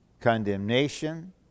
condemnation